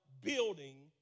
building